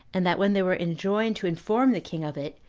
and that when they were enjoined to inform the king of it,